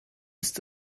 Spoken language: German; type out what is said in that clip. ist